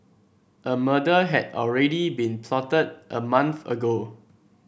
a murder had already been plotted a month ago